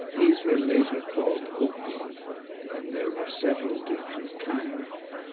these were later called opines and there were several different kinds.